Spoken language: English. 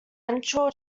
eventual